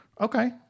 okay